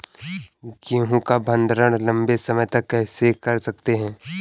गेहूँ का भण्डारण लंबे समय तक कैसे कर सकते हैं?